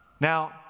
Now